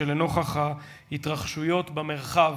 שלנוכח ההתרחשויות במרחב